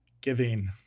giving